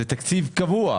זה תקציב קבוע.